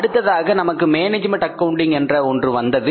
அடுத்ததாக நமக்கு management accounting என்ற ஒன்று வந்தது